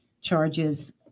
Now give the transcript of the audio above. charges